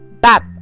Bap